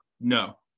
No